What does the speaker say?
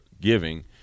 giving